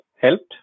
helped